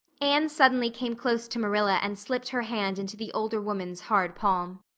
anne suddenly came close to marilla and slipped her hand into the older woman's hard palm.